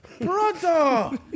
Brother